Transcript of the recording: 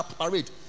parade